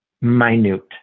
minute